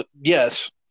yes